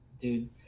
dude